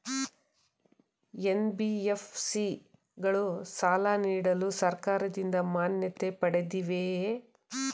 NBFC ಗಳು ಸಾಲ ನೀಡಲು ಸರ್ಕಾರದಿಂದ ಮಾನ್ಯತೆ ಪಡೆದಿವೆಯೇ?